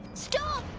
stop!